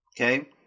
Okay